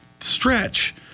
stretch